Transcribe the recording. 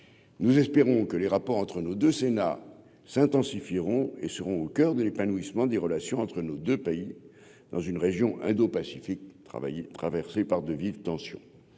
nous espérons que les rapports entre nos 2 Sénat s'intensifieront et seront au coeur de l'épanouissement des relations entre nos 2 pays dans une région indopacifique travailler, traversé par de vives tensions,